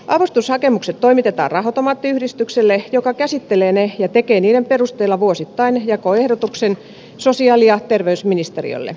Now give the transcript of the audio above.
avustushakemukset toimitetaan raha automaattiyhdistykselle joka käsittelee ne ja tekee niiden perusteella vuosittain jakoehdotuksen sosiaali ja terveysministeriölle